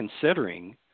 considering